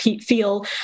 feel